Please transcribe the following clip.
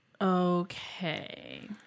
Okay